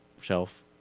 shelf